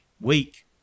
weak